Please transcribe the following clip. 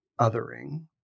othering